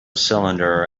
cylinder